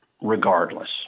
regardless